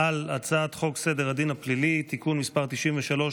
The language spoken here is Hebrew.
על הצעת חוק סדר הדין הפלילי (תיקון מס' 93,